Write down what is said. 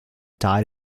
died